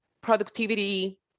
productivity